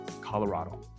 Colorado